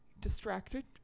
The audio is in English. distracted